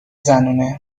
زنونه